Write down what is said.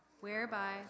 whereby